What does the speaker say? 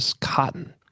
cotton